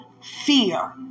fear